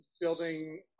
building